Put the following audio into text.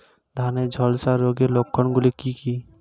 ধানের ঝলসা রোগের লক্ষণগুলি কি কি?